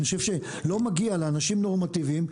אני חושב שלא מגיע לאנשים נורמטיביים,